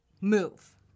Move